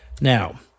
Now